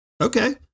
Okay